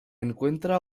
encuentra